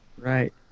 Right